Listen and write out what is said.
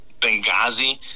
Benghazi